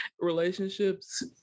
relationships